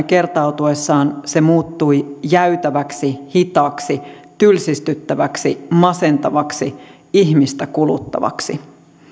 kertautuessaan se muuttui jäytäväksi hitaaksi tylsistyttäväksi masentavaksi ihmistä kuluttavaksi